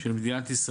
של מדינת ישראל,